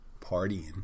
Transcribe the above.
partying